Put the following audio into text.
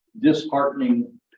Disheartening